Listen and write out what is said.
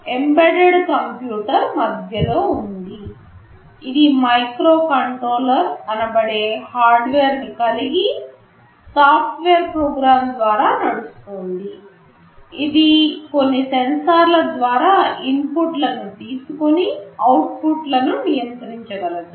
embedded computer మధ్యలో ఉంది ఇది మైక్రో కంట్రోలర్ అనబడే హార్డ్వేర్నీ కలిగి సాఫ్ట్వేర్ ప్రోగ్రామ్ ద్వారా నడుస్తోంది ఇది కొన్ని సెన్సార్ల ద్వారా ఇన్పుట్లను తీసుకొని అవుట్పుట్లను నియంత్రించగలదు